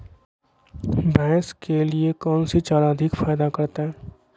भैंस के लिए कौन सी चारा अधिक फायदा करता है?